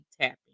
tapping